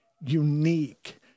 unique